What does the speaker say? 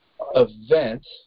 event